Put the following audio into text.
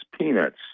Peanuts